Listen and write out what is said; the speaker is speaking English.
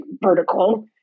vertical